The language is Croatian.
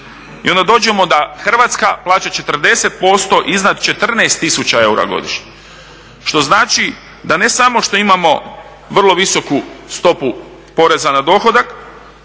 I onda dođemo da Hrvatska plaća 40% iznad 14 tisuća eura godišnje što znači da ne samo što imamo vrlo visoku stopu poreza na dohodak,